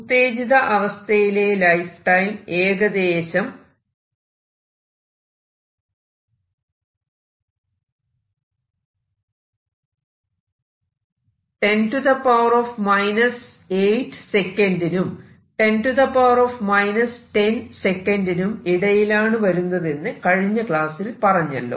ഉത്തേജിത അവസ്ഥയിലെ lifetime ഏകദേശം 108 S നും 1010 S നും ഇടയിലാണ് വരുന്നതെന്ന് കഴിഞ്ഞ ക്ലാസ്സിൽ പറഞ്ഞല്ലോ